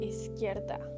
Izquierda